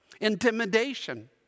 intimidation